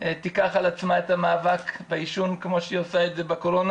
תיקח על עצמה את המאבק בעישון כמו שהיא עושה בקורונה.